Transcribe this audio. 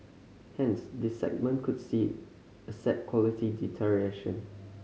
hence this segment could see asset quality deterioration